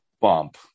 bump